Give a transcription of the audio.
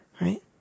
Right